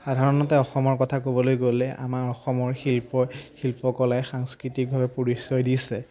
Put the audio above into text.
সাধাৰণতে অসমৰ কথা ক'বলৈ গ'লে আমাৰ অসমৰ শিল্প শিল্পকলাই সাংস্কৃতিকভাৱে পৰিচয় দিছে